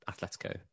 Atletico